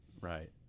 Right